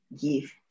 give